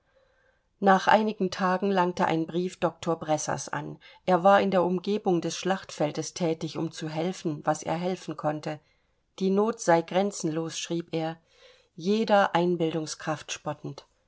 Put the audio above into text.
nach einigen tagen langte ein brief doktor bressers an er war in der umgebung des schlachtfeldes thätig um zu helfen was er helfen konnte die not sei grenzenlos schrieb er jeder einbildungskraft spottend